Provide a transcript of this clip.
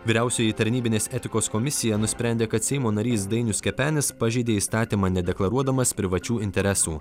vyriausioji tarnybinės etikos komisija nusprendė kad seimo narys dainius kepenis pažeidė įstatymą nedeklaruodamas privačių interesų